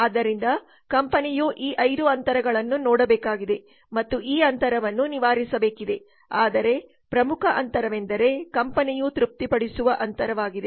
ಆದ್ದರಿಂದ ಕಂಪನಿಯು ಈ 5 ಅಂತರಗಳನ್ನು ನೋಡಬೇಕಾಗಿದೆ ಮತ್ತು ಈ ಅಂತರವನ್ನು ನಿವಾರಿಸಬೇಕಾಗಿದೆ ಆದರೆ ಪ್ರಮುಖ ಅಂತರವೆಂದರೆ ಕಂಪನಿಯು ತೃಪ್ತಿಪಡಿಸುವ ಅಂತರವಾಗಿದೆ